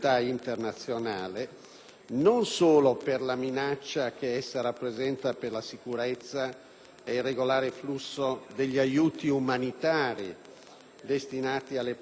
per la minaccia che essa rappresenta per la sicurezza e per il regolare flusso degli aiuti umanitari destinati alle popolazioni dell'area,